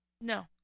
no